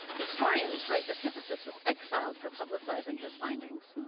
historians write that hippasus was exhiled for publicizing his findings,